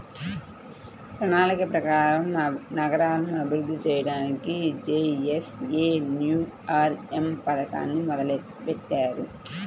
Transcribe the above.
ప్రణాళిక ప్రకారం నగరాలను అభివృద్ధి చెయ్యడానికి జేఎన్ఎన్యూఆర్ఎమ్ పథకాన్ని మొదలుబెట్టారు